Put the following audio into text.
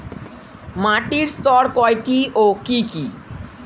মাটির স্তর কয়টি ও কি কি?